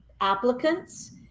applicants